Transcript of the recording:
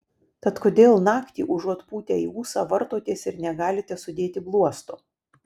tad kodėl naktį užuot pūtę į ūsą vartotės ir negalite sudėti bluosto